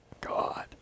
God